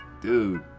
Dude